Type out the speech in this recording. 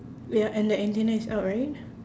ya and the antenna is out right